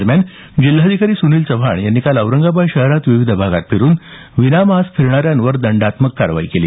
दरम्यान जिल्हाधिकारी सुनील चव्हाण यांनी काल औरंगाबाद शहरात विविध भागात फिरून विनामास्क फिरणाऱ्यांवर दंडात्मक कारवाई केली